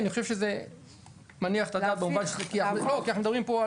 אני חושב שזה מניח את הדעת כי אנחנו מדברים פה,